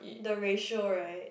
the ratio right